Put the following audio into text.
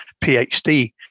PhD